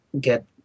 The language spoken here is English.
get